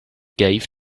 gave